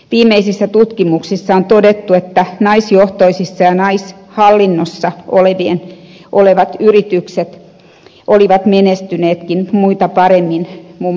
viimeisissä tutkimuksissa on todettu että naisjohtoiset ja naishallinnossa olevat yritykset olivat menestyneetkin muita paremmin muun muassa tuottavuusseurannassa